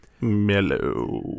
Mellow